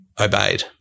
obeyed